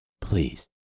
please